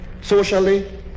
socially